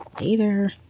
later